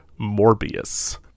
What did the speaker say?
Morbius